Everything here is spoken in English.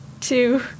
two